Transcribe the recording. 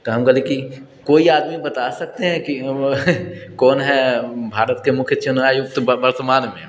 तऽ हम कहलिऐ कि केओ आदमी बता सकते हैं कि कोन है भारतके मुख्य चुनाव आयुक्त वर्तमानमे